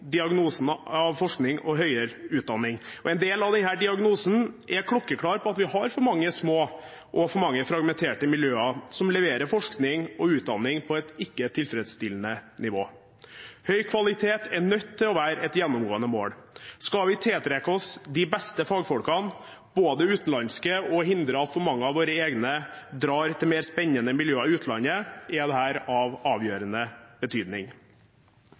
diagnosen på forskning og høyere utdanning. En del av denne diagnosen er klokkeklar på at vi har for mange små og for mange fragmenterte miljøer som leverer forskning og utdanning på et ikke tilfredsstillende nivå. Høy kvalitet er nødt til å være et gjennomgående mål. Skal vi tiltrekke oss de beste fagfolkene, også utenlandske, og hindre at for mange av våre egne drar til mer spennende miljøer i utlandet, er dette av avgjørende betydning.